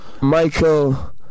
Michael